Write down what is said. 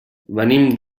venim